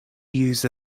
used